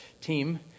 team